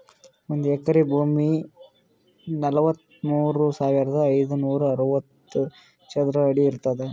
ಒಂದ್ ಎಕರಿ ಭೂಮಿ ನಲವತ್ಮೂರು ಸಾವಿರದ ಐನೂರ ಅರವತ್ತು ಚದರ ಅಡಿ ಇರ್ತದ